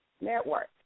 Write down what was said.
Network